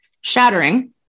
shattering